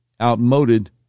outmoded